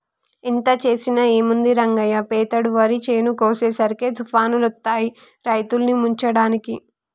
ఎంత చేసినా ఏముంది రంగయ్య పెతేడు వరి చేను కోసేసరికి తుఫానులొత్తాయి రైతుల్ని ముంచడానికి